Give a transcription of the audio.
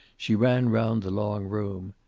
she ran round the long room.